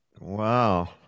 wow